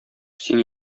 син